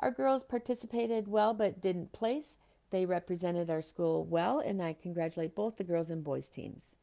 our girls participated well but didn't place they represented our school well and i congratulate both the girls and boys teams